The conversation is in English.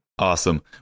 Awesome